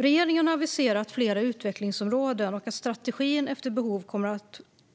Regeringen har aviserat flera utvecklingsområden och att strategin efter behov